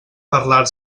parlar